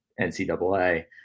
NCAA